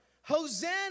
Hosanna